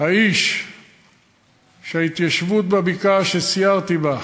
האיש שההתיישבות בבקעה, שסיירתי בה,